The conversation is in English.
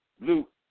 Luke